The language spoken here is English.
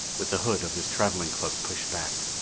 with the hood of his traveling cloak pushed back.